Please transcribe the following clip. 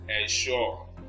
ensure